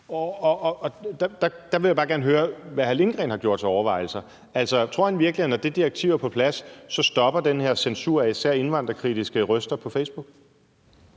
Der vil jeg bare gerne høre, hvad hr. Stinus Lindgreen har gjort sig af overvejelser. Altså, tror han virkelig, at når det direktiv er på plads, så stopper den her censur af især indvandrerkritiske røster på Facebook?